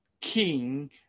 king